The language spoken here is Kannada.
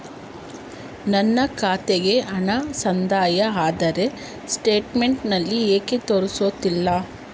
ನನ್ನ ಖಾತೆಗೆ ಹಣ ಸಂದಾಯ ಆದರೆ ಸ್ಟೇಟ್ಮೆಂಟ್ ನಲ್ಲಿ ಯಾಕೆ ತೋರಿಸುತ್ತಿಲ್ಲ?